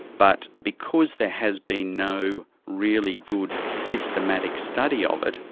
but because there has been no really good systematic study of it,